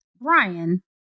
Brian